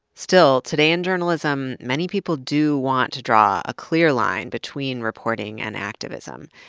still, today in journalism many people do want to draw a clear line between reporting and activism.